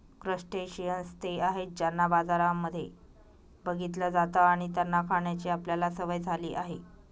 crustaceans ते आहेत ज्यांना बाजारांमध्ये बघितलं जात आणि त्यांना खाण्याची आपल्याला सवय झाली आहे